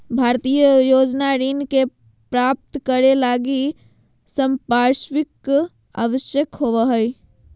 भारतीय योजना ऋण के प्राप्तं करे लगी संपार्श्विक आवश्यक होबो हइ